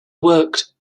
worked